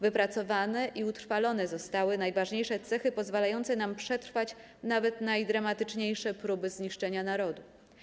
Wypracowane i utrwalone zostały najważniejsze cechy pozwalające nam przetrwać nawet najdramatyczniejsze próby zniszczenia narodu.